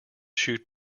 shoot